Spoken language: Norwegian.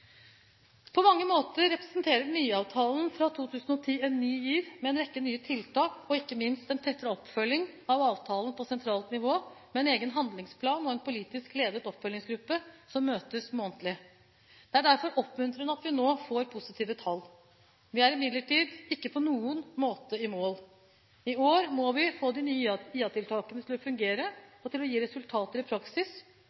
På mange måter representerer den nye IA-avtalen fra 2010 en ny giv, med en rekke nye tiltak og ikke minst en tettere oppfølging av avtalen på sentralt nivå, med en egen handlingsplan og en politisk ledet oppfølgingsgruppe som møtes månedlig. Det er derfor oppmuntrende at vi nå får positive tall. Vi er imidlertid ikke på noen måte i mål. I år må vi få de nye IA-tiltakene til å fungere og til å